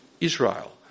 Israel